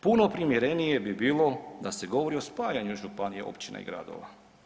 Puno primjernije bi bilo da se govori o spajanju županije, općina i gradova.